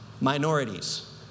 minorities